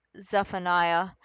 Zephaniah